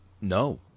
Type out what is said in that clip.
No